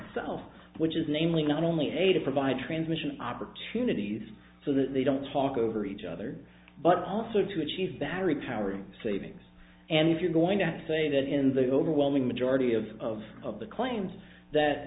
self which is namely not only aid to provide transmission opportunities so that they don't talk over each other but also to achieve battery power savings and if you're going to say that in the overwhelming majority of of of the claims that